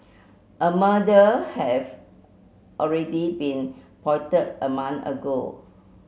a murder have already been plotted a month ago